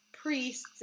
priests